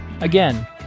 Again